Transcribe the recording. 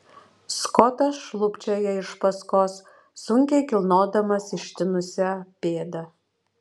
skotas šlubčioja iš paskos sunkiai kilnodamas ištinusią pėdą